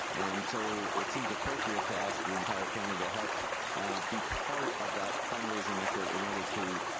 and so, it seems appropriate to ask the entire county to help be part of that fundraising effort in order to,